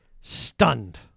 stunned